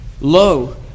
Lo